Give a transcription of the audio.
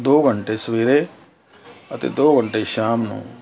ਦੋ ਘੰਟੇ ਸਵੇਰੇ ਅਤੇ ਦੋ ਘੰਟੇ ਸ਼ਾਮ ਨੂੰ